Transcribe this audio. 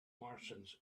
martians